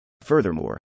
Furthermore